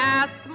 ask